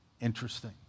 Interesting